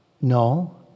No